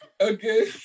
Okay